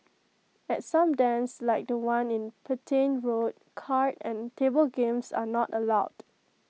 at some dens like The One in Petain road card and table games are not allowed